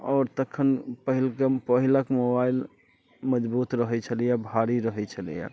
आओर तखन पहिल पहिलक मोबाइल मजबूत रहैत छलैया भारी रहैत छलैया